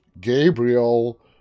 Gabriel